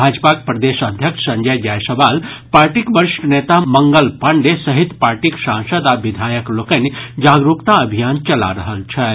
भाजपाक प्रदेश अध्यक्ष संजय जायसवाल पार्टीक वरिष्ठ नेता मंगल पांडेय सहित पार्टीक सांसद आ विधायक लोकनि जागरूकता अभियान चला रहल छथि